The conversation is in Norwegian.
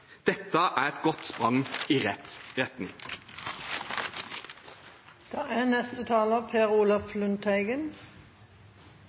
dette er et godt sprang i rett retning. I dagens budsjett er